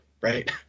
right